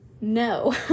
no